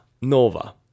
nova